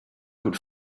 could